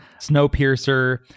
Snowpiercer